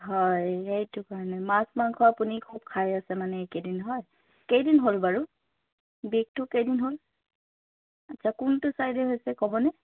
হয় এইটো কাৰণে মাছ মাংস আপুনি খুব খাই আছে মানে এইকেইদিন হয় কেইদিন হ'ল বাৰু বিষটো কেইদিন হ'ল আচ্ছা কোনটো চাইডে হৈছে ক'ব নে